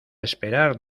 esperar